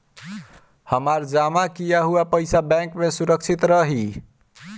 हमार जमा किया हुआ पईसा बैंक में सुरक्षित रहीं?